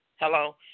Hello